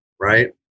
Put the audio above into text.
Right